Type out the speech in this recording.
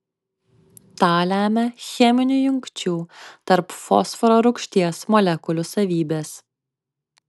tą lemia cheminių jungčių tarp fosforo rūgšties molekulių savybės